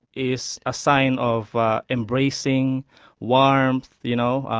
is a sign of embracing warmth, you know,